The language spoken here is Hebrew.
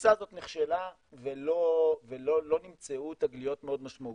התפיסה הזאת נכשלה ולא נמצאו תגליות מאוד משמעותיות.